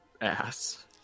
ass